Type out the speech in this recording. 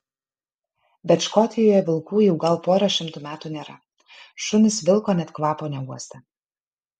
bet škotijoje vilkų jau gal pora šimtų metų nėra šunys vilko net kvapo neuostę